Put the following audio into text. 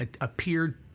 appeared